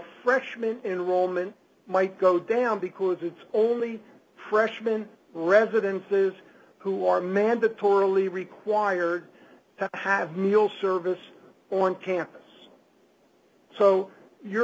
freshman in roman might go down because it's only freshman residences who are mandatorily required to have meal service on campus so you're